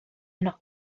yno